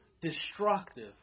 destructive